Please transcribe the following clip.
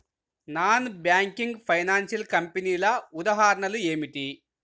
Non banking financial కంపెనీల ఉదాహరణలు ఏమిటి?